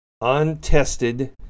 untested